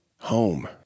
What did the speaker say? Home